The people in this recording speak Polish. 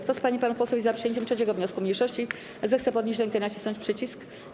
Kto z pań i panów posłów jest za przyjęciem 3. wniosku mniejszości, zechce podnieść rękę i nacisnąć przycisk.